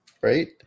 Right